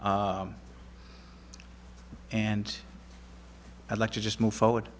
and i'd like to just move forward